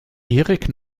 erik